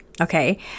Okay